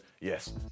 yes